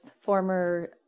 former